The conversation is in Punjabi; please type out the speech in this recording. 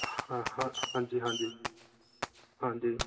ਹ ਹ ਹਾਂਜੀ ਹਾਂਜੀ ਹਾਂਜੀ